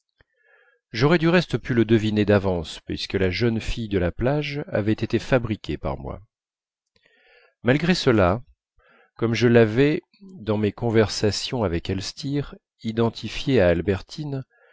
j'aurais du reste pu le deviner d'avance puisque la jeune fille de la plage avait été fabriquée par moi malgré cela comme je l'avais dans mes conversations avec elstir identifiée à albertine